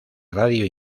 radio